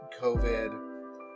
COVID